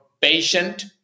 patient